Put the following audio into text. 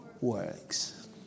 works